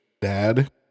Dad